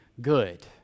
good